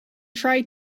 try